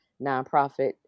nonprofit